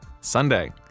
Sunday